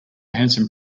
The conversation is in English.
handsome